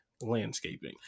landscaping